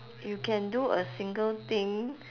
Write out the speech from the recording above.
you can do a single thing